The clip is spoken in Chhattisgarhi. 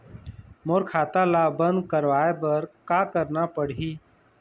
मोर खाता ला बंद करवाए बर का करना पड़ही?